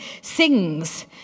sings